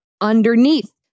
underneath